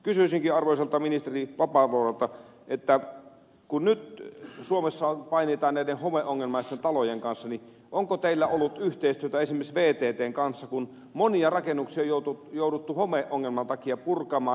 kysyisinkin arvoisalta ministeri vapaavuorelta kun nyt suomessa painitaan näiden homeongelmaisten talojen kanssa onko teillä ollut yhteistyötä esimerkiksi vttn kanssa kun monia rakennuksia on jouduttu homeongelman takia purkamaan